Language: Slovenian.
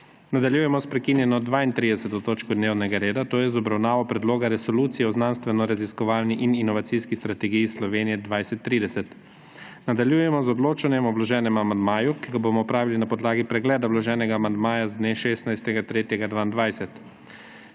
Nadaljujemo s prekinjeno 32. točko dnevnega reda, to je z obravnavo Predloga resolucije o znanstvenoraziskovalni in inovacijski strategiji Slovenije 2030. Nadaljujemo z odločanjem o vloženem amandmaju, ki ga bomo opravili na podlagi pregleda vloženega amandmaja z dne 16. 3. 2022.